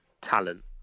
talent